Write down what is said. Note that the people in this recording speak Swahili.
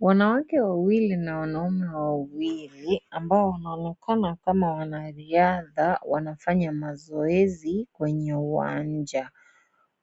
Wanawake wawili na wanaume wawili, ambao wanaonekana kama wanariadha ,wanafanya mazoezi kwenye uwanja.